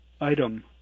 Item